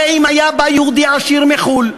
הרי אם היה בא יהודי עשיר מחו"ל,